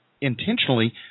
intentionally